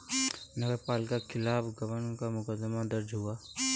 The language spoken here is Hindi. नगर पालिका के खिलाफ गबन का मुकदमा दर्ज हुआ है